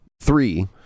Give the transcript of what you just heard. three